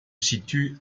situe